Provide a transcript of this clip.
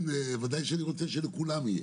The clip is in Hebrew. ודאי שאני רוצה שלכולם יהיה.